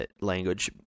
language